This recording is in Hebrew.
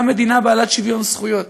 גם מדינה בעלת שוויון זכויות.